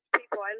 people